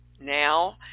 now